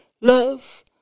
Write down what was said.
love